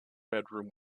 bedroom